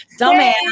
Dumbass